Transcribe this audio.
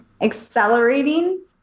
Accelerating